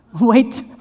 Wait